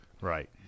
Right